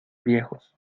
viejos